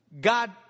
God